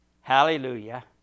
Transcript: Hallelujah